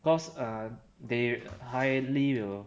cause err they highly will